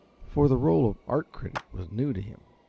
for the role of art critic was new to him.